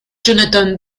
jonathan